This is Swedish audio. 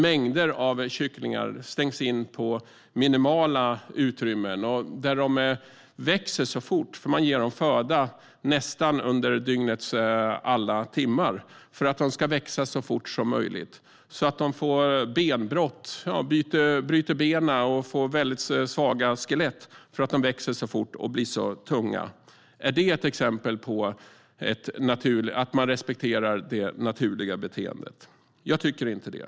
Mängder av kycklingar stängs in i minimala utrymmen. De växer fort, för man ger dem föda under nästan alla dygnets timmar. Det gör man för att de ska växa så fort som möjligt, vilket gör att de får benbrott - ja, bryter benen och får väldigt svaga skelett för att de växer så fort och blir så tunga. Är det ett exempel på att man respekterar det naturliga beteendet? Jag tycker inte det.